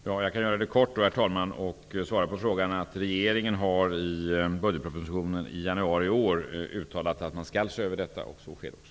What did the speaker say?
Herr talman! Regeringen har i budgetpropositionen i januari i år uttalat att denna fråga skall ses över. Så sker också.